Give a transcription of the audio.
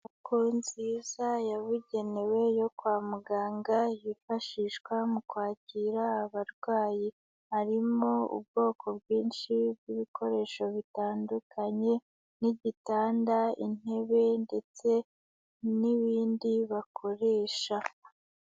Inyubako nziza yabugenewe yo kwa muganga yifashishwa mu kwakira abarwayi. Harimo ubwoko bwinshi bw'ibikoresho bitandukanye nk'igitanda, intebe ndetse n'ibindi bakoresha.